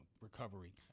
recovery